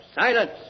Silence